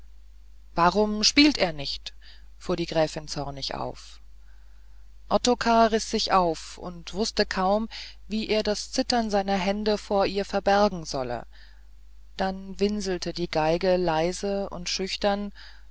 warum spielt er nicht mehr fuhr die gräfin zornig auf ottokar riß sich auf wußte kaum wie er das zittern seiner hände vor ihr verbergen solle dann winselte die geige leise und schüchtern